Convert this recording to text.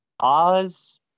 Oz